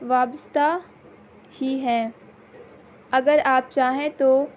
وابستہ ہی ہیں اگر آپ چاہیں تو